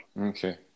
okay